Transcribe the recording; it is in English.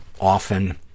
often